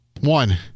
One